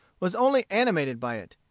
was only animated by it.